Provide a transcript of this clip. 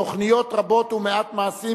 תוכניות רבות ומעשים מעטים,